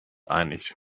einig